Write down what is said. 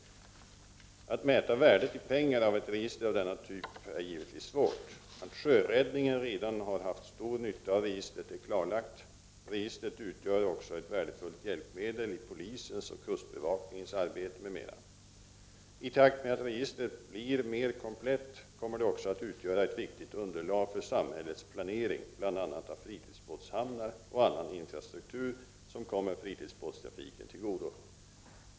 Att mäta värdet i pengar av ett register av denna typ är givetvis svårt. Att sjöräddningen redan har haft stor nytta av registret är klarlagt. Registret utgör också ett värdefullt hjälpmedel i polisens och kustbevakningens arbete m.m. I takt med att registret blir mer komplett kommer det också att utgöra ett viktigt underlag för samhällets planering, bl.a. av fritidsbåtshamnar och annan infrastruktur som kommer fritidsbåtstrafiken till godo.